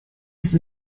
mist